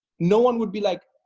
no one would be like,